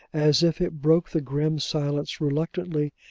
as if it broke the grim silence reluctantly,